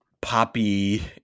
poppy